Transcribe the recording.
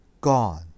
gone